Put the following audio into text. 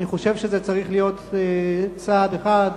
אני חושב שזה צריך להיות צעד אחד,